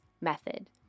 method